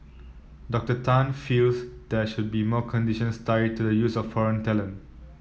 Doctor Tan feels there should more conditions tied to the use of foreign talent